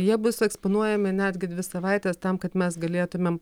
jie bus eksponuojami netgi dvi savaites tam kad mes galėtumėm